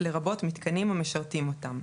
לרבות מיתקנים המשרתים אותם: